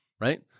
Right